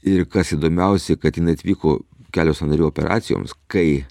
ir kas įdomiausia kad jinai atvyko kelio sąnarių operacijoms kai